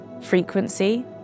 frequency